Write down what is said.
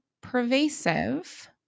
pervasive